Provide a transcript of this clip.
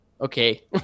Okay